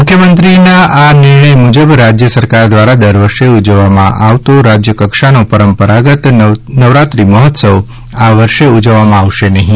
મુખ્યમંત્રીશ્રીના આ નિર્ણય મુજબ રાજ્ય સરકાર દ્વારા દર વર્ષે ઉજવવામાં આવતો રાજ્ય કક્ષાનો પરંપરાગત નવરાત્રી મહોત્સવ આ વર્ષે ઉજવવામાં આવશે નહિ